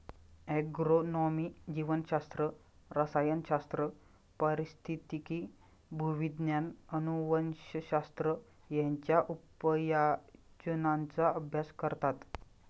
agronomy जीवशास्त्र, रसायनशास्त्र, पारिस्थितिकी, भूविज्ञान, अनुवंशशास्त्र यांच्या उपयोजनांचा अभ्यास करतात